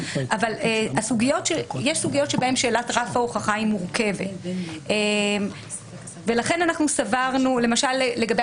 יש סוגיות בהן שאלת רף ההוכחה היא מורכבת ולכן אנחנו סברנו - למשל לגבי